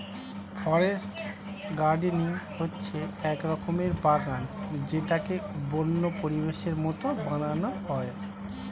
forest gardening হচ্ছে এক রকমের বাগান যেটাকে বন্য পরিবেশের মতো বানানো হয়